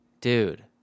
dude